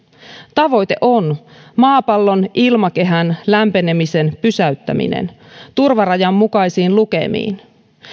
tavoite on maapallon ilmakehän lämpenemisen pysäyttäminen turvarajan mukaisiin lukemiin